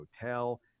hotel